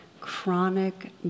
chronic